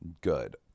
good